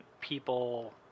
people